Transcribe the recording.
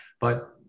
but-